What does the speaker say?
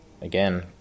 again